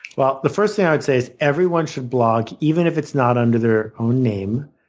but the first thing i would say is everyone should blog, even if it's not under their own name,